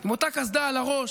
עם אותה קסדה על הראש,